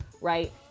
right